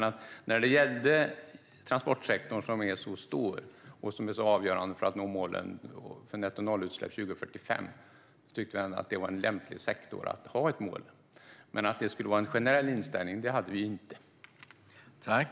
När det gällde transportsektorn, som är så stor och avgörande för att vi ska nå målet om nettonollutsläpp 2045, tyckte vi dock att det var lämpligt att ha ett mål. Vi hade det dock inte som en generell inställning.